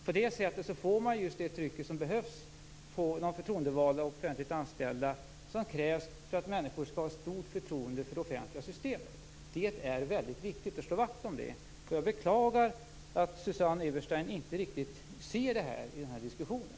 På det sättet får man just det tryck på de förtroendevalda och de offentligt anställda som krävs för att människor skall ha ett stort förtroende för det offentliga systemet. Det är väldigt viktigt att slå vakt om det. Jag beklagar att Susanne Eberstein inte riktigt ser det i den här diskussionen.